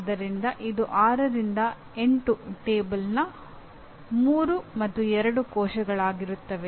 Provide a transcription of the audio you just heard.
ಆದ್ದರಿಂದ ಇದು 6 ರಿಂದ 8 ಕೋಷ್ಟಕದ 3 2 ಕೋಶವಾಗಿರುತ್ತದೆ